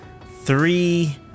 three